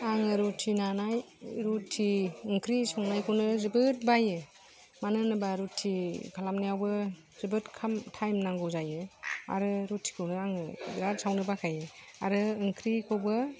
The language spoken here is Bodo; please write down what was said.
आङो रुथि नानाय रुथि ओंख्रि संनाय खौनो जोबोत बायो मानो होनोबा रुथि खालामनायावबो जोबोत थाएम नांगौ जायो आरो रुथिखौनो आङो बिरात सावनो बाखायो आरो ओंख्रिखौबो